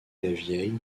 lavieille